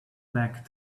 back